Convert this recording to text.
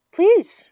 Please